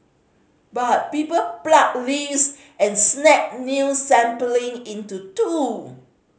but people pluck leaves and snap new sapling into two